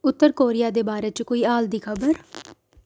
उत्तर Korea दे बारे च कोई हाल दी खबर